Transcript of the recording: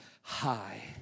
high